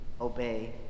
obey